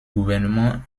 gouvernement